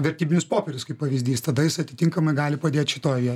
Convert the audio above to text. vertybinius popierius kaip pavyzdys tada jis atitinkamai gali padėti šitoj vietos